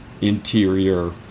interior